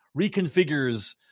reconfigures